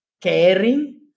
caring